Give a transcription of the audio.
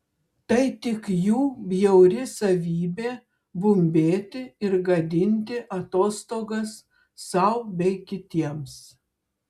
tai tik jų bjauri savybė bumbėti ir gadinti atostogas sau bei kitiems